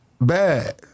bad